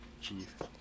chief